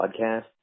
podcast